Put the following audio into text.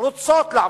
רוצות לעבוד.